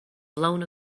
blown